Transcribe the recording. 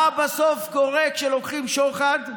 מה בסוף קורה כשלוקחים שוחד?